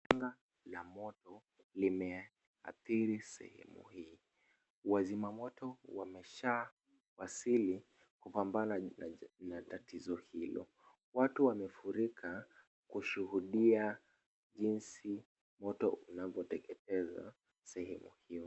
Janga la moto limeathiri sehemu hii. Wazima moto washawasili kupambana na tatizo hilo. Watu wamefurika kushudia jinsi moto unavyoteketeza sehemu hiyo.